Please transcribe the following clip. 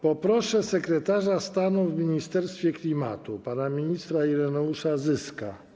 Poproszę sekretarza stanu w ministerstwie klimatu pana ministra Ireneusza Zyska.